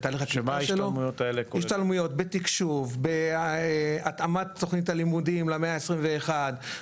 השתלמויות בתקשוב בהתאמת תוכנית הלימודים למאה ה-21,